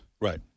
Right